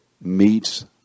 meets